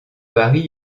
paris